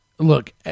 Look